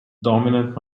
dominant